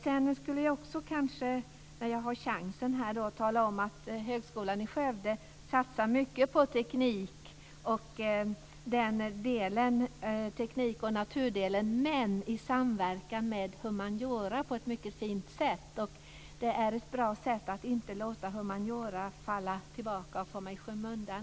När jag har chansen här skulle jag vilja tala om att Högskolan i Skövde satsar mycket på teknik och naturdelen i samverkan med humaniora på ett mycket fint sätt. Det är ett bra sätt att inte låta humaniora falla tillbaka och komma i skymundan.